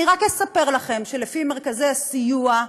אני רק אספר לכם שלפי מרכזי הסיוע,